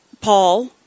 Paul